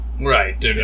right